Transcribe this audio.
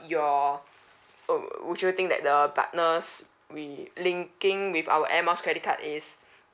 your oo would you think that the partners we linking with our air miles credit card is